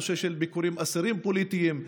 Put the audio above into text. נושא של ביקורי אסירים פוליטיים,